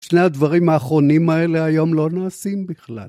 שני הדברים האחרונים האלה היום לא נעשים בכלל.